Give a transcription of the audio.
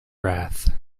wrath